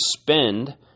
spend